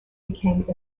became